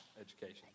education